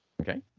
Okay